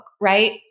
right